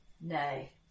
Nay